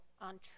on